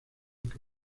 que